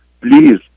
please